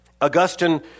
Augustine